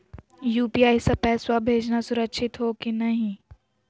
UPI स पैसवा भेजना सुरक्षित हो की नाहीं?